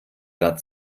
grad